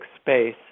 space